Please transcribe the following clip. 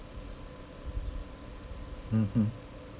mmhmm